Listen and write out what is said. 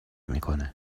میکنه